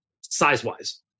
size-wise